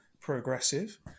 progressive